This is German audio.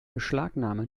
beschlagnahme